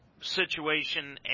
situation